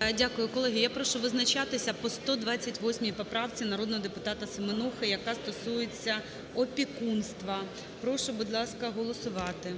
ГОЛОВУЮЧИЙ. Дякую. Колеги, я прошу визначатися по 128 поправці народного депутата Семенухи, яка стосується опікунства. Прошу, будь ласка, голосувати.